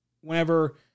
Whenever